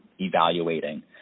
evaluating